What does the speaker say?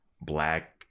black